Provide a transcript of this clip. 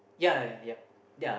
yeah yeah yeah yup